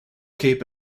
cape